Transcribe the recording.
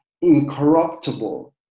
incorruptible